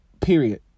Period